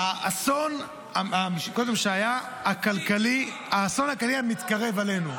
שהייתה פה קודם היא "האסון הכלכלי המתקרב עלינו".